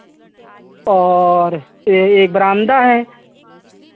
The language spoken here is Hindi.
और एक बरामदा है